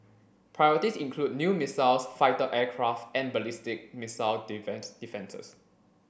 priorities include new missiles fighter aircraft and ballistic missile defences